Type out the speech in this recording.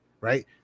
right